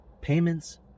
payments